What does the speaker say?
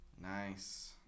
Nice